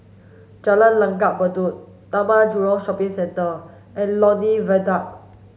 Jalan Langgar Bedok Taman Jurong Shopping Centre and Lornie Viaduct